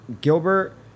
Gilbert